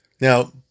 Now